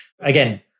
Again